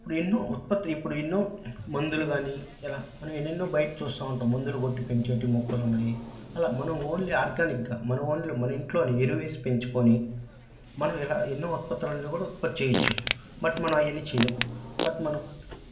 ఇప్పుడు ఎన్నో ఉత్పత్తి ఇప్పుడు ఎన్నో మందులు కానీ ఇలా మనం ఎన్నెన్నో బయట చూస్తూ ఉంటాము మందులు కొట్టి పెంచేటి మొక్కలు ఉన్నాయి అలా మనం ఓన్లీ ఆర్గానిక్గా మనం ఓన్లీ మన ఇంట్లోనే ఎరువు వేసి పెంచుకోని మనం ఎలా ఎన్నో ఉత్పత్తులను కూడా ఉత్పత్తి చెయ్యవచ్చు బట్ మనం అవన్నీ చేయము బట్ మనం